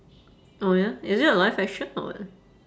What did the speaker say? oh ya is it a live action or what